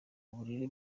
uburere